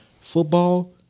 football